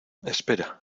espera